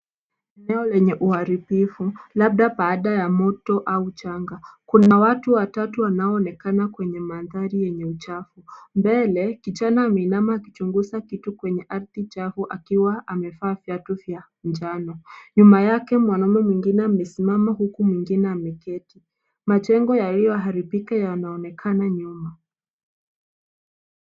Eneo lenye uharibifu labda baada ya moto au janga. Kuna watu watatu wanaoonekana kwenye mandhari yenye uchafu. Mbele kijana ameinama akichunguza kitu kwenye ardhi chafu akiwa amevaa viatu vya njano. Nyuma yake mwanamume mwingine amesimama huku mwingine ameketi. Majengo yaliyoharabika yanaonekana nyuma.